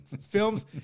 films